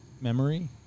memory